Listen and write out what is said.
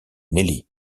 nelly